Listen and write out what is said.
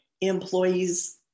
employees